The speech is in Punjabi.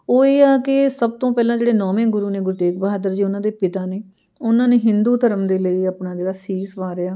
ਉਹ ਇਹ ਆ ਕਿ ਸਭ ਤੋਂ ਪਹਿਲਾਂ ਜਿਹੜੇ ਨੌਵੇਂ ਗੁਰੂ ਨੇ ਗੁਰੂ ਤੇਗ ਬਹਾਦਰ ਜੀ ਉਹਨਾਂ ਦੇ ਪਿਤਾ ਨੇ ਉਹਨਾਂ ਨੇ ਹਿੰਦੂ ਧਰਮ ਦੇ ਲਈ ਆਪਣਾ ਜਿਹੜਾ ਸੀਸ ਵਾਰਿਆ